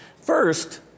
First